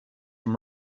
from